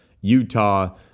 Utah